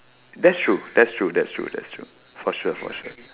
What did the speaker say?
that's true that's true that's true that's true for sure for sure